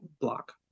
block